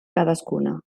cadascuna